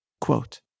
Quote